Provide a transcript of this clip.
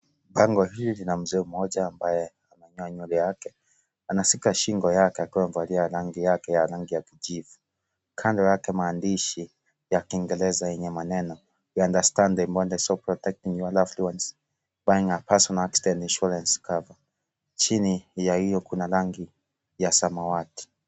Bango hii lina Mzee mmoja ambaye ananyoa nywele yake. Anashika shingo yake akiwa amevalia rangi yake ya rangi ya kijivu. Kando yake, maandishi ya kiingereza yenye maneno " We understand the importance of protecting your loved ones. Buying a personal accident insurance cover ". Chini ya hiyo kuna rangi ya samawati.